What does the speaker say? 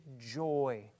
joy